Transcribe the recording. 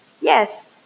yes